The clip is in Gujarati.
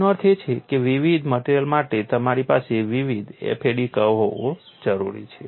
તેનો અર્થ એ કે વિવિધ મટેરીઅલ માટે તમારી પાસે વિવિધ FAD કર્વ હોવો જરૂરી છે